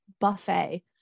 buffet